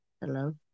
hello